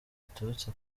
ziturutse